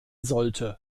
sollte